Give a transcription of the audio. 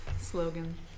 slogan